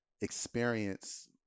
experience